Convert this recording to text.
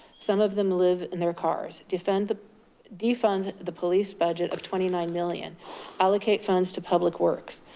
some of them live in their cars. defund the defund the police budget of twenty nine million allocate funds to public works.